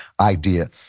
idea